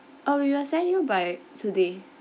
oh we will send you by today